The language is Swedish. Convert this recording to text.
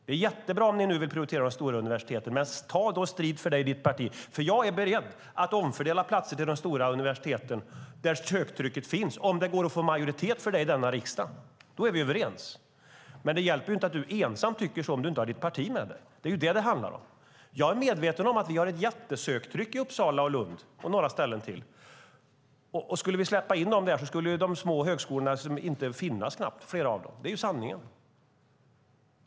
Det är jättebra om ni nu vill prioritera de stora universiteten, men ta då strid för det i ditt parti. Jag är beredd att omfördela platser till de stora universiteten där söktrycket finns om det går att få majoritet för det i denna riksdag. Då är vi överens. Men det hjälper inte att du ensam tycker så om du inte har ditt parti med dig. Det är det som det handlar om. Jag är medveten om att vi har ett jättestort söktryck i Uppsala, Lund och några ställen till. Skulle vi släppa in alla sökande där skulle flera av de små högskolorna knappt finnas. Det är sanningen.